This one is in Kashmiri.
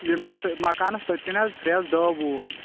یِم چھِ مَکانَس پٔتۍ کِنۍ حظ پھرٛیٚس دٔہ وُہ